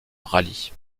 rallye